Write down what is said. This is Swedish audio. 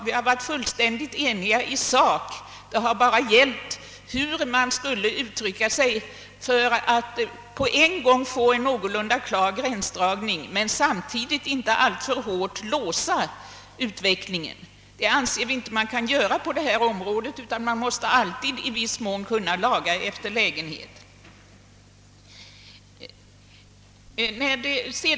Vi har varit fullständigt eniga i sak; det har bara gällt hur man skall uttrycka sig för att få en någorlunda klar gränsdragning men samtidigt inte alltför hårt låsa utvecklingen. Det anser vi inte är lämpligt att göra på detta område. Man måste alltid i viss mån kunna laga efter läglighet.